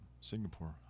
Singapore